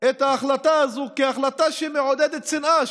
את ההחלטה הזאת כהחלטה שמעודדת שנאה,